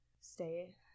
stay